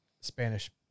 Spanish